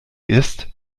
ist